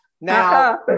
Now